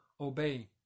obey